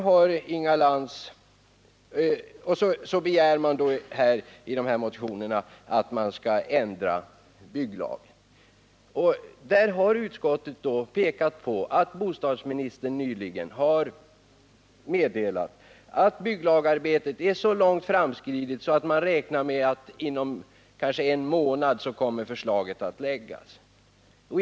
I motionerna begärs vidare att bygglagen skall ändras. Utskottet har dock pekat på att bostadsministern nyligen har meddelat att bygglagsarbetet är så långt framskridet, att man räknar med att förslaget kommer att framläggas kanske inom en månad.